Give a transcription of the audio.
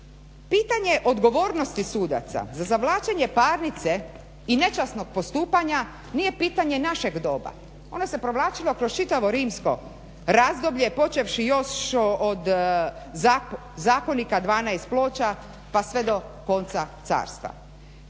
Pitanje odgovornosti sudaca za zavlačenje parnice i nečasnog postupanja nije pitanje našeg doba. Ono se provlačilo kroz čitavo rimsko razdoblje počevši još od Zakonika 12 ploča pa sve do konca carstva.